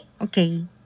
Okay